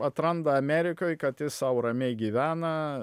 atranda amerikoj kad jis sau ramiai gyvena